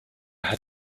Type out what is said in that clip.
had